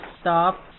stop